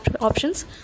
options